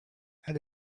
add